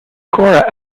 cora